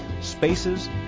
spaces